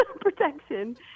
protection